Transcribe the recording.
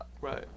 right